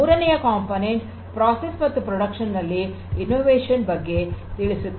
ಮೂರನೆಯ component process ಮತ್ತು production ನಲ್ಲಿ ಆವಿಷ್ಕಾರ ಬಗ್ಗೆ ತಿಳಿಸುತ್ತದೆ